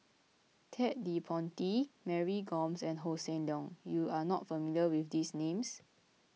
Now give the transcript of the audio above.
Ted De Ponti Mary Gomes and Hossan Leong you are not familiar with these names